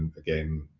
again.